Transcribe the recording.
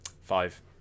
Five